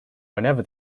whenever